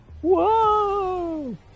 Whoa